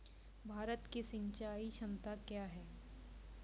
भारत की सिंचाई क्षमता क्या हैं?